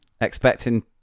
expecting